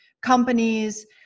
companies